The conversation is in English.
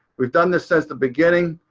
we've done this since the beginning.